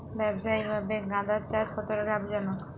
ব্যবসায়িকভাবে গাঁদার চাষ কতটা লাভজনক?